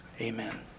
Amen